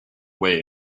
away